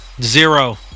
Zero